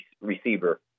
receiver